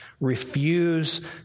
Refuse